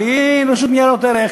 בלי רשות ניירות ערך,